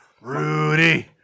Rudy